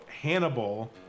Hannibal